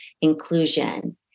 inclusion